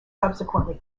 subsequently